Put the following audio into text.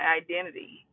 identity